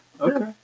okay